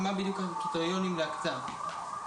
מה בדיוק הקריטריונים להקצאה.